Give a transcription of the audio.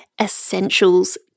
essentials